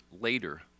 later